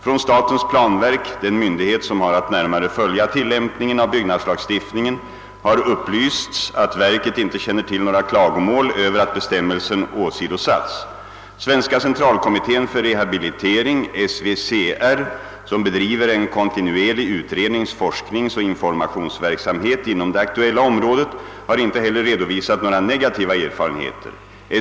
Från statens planverk — den myndighet som har att närmare följa tillämpningen av byggnadslagstiftningen — har upplysts, att verket inte känner till några klagomål över att bestämmelsen åsidosatts. Svenska centralkommittén för rehabilitering , som bedriver en kontinuerlig utrednings-, forskningsoch informationsverksamhet inom det aktuella området, har inte heller redovisat några negativa erfarenheter.